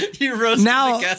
now